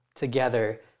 Together